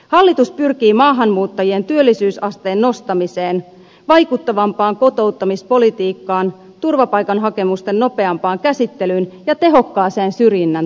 hallitus pyrkii maahanmuuttajien työllisyysasteen nostamiseen vaikuttavampaan kotouttamispolitiikkaan turvapaikkahakemusten nopeampaan käsittelyyn ja tehokkaaseen syrjinnän torjumiseen